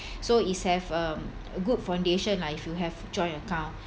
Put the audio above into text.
so is have um a good foundation lah if you have joint account